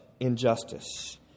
Injustice